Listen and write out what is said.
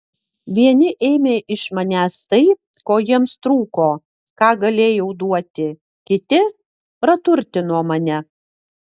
vieni ėmė iš manęs tai ko jiems trūko ką galėjau duoti kiti praturtino mane